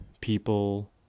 people